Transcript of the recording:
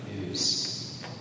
news